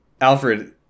Alfred